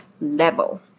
level